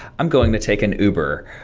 i'm going to take an uber.